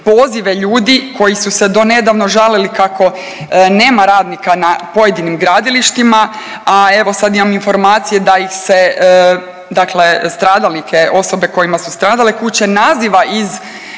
pozive ljudi koji su se do nedavno žalili kako nema radnika na pojedinim gradilištima, a evo sad imam informacije da ih se, dakle stradalnike, osobe kojima su stradale kuće naziva iz